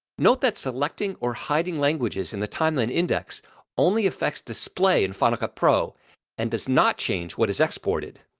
note that selecting or hiding languages in the timeline index only affects display in final cut pro and does not change what is exported.